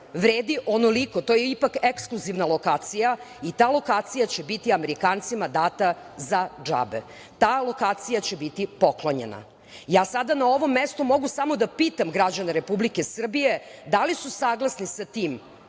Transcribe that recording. vredi onoliko, jer to je ipak ekskluzivna lokacija i ta lokacija će biti data amerikancima za džabe. Ta lokacija će biti poklonjena. Ja sada na ovom mestu mogu samo da pitam građane Republike Srbije da li su saglasni sa tim